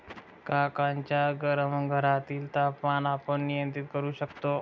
काकांच्या गरम घरातील तापमान आपण नियंत्रित करु शकतो का?